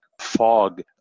fog